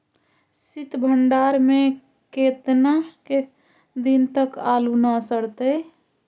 सित भंडार में के केतना दिन तक आलू न सड़तै?